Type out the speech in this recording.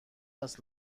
است